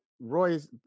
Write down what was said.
Roy's